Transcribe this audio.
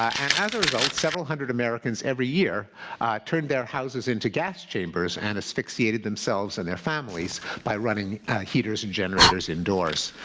and as a result, several hundred americans every year turn their houses into gas chambers and asphyxiated themselves and their families by running heaters and generators indoors,